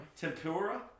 tempura